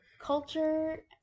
culture